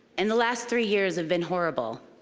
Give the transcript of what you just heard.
and the last three years have been horrible.